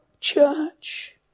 church